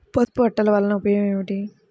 పసుపు అట్టలు వలన ఉపయోగం ఏమిటి?